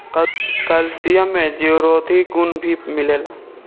calcium में जीवरोधी गुण भी मिलेला